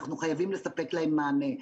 אנחנו חייבים לספק להם מענה.